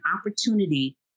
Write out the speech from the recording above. opportunity